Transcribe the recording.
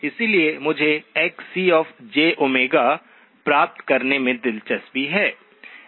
इसलिए मुझे XcjΩ प्राप्त करने में दिलचस्पी है